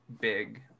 big